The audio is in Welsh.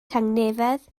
tangnefedd